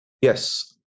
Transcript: Yes